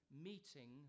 meeting